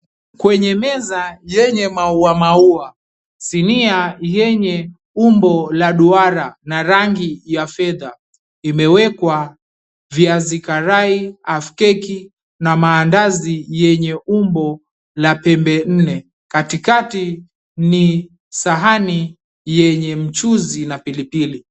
Kwenye meza yenye maua maua. Sinia yenye umbo la duara na rangi ya fedha imewekwa viazi karai, half-keki na mandazi yenye umbo la pembe nne. Katikati ni sahani yenye mchuzi na pilipili.